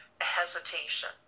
hesitation